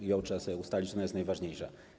I to trzeba ustalić: ona jest najważniejsza.